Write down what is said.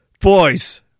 Boys